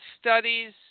studies